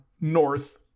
north